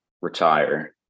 retire